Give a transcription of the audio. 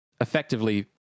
effectively